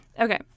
Okay